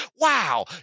wow